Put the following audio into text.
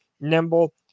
nimble